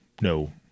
no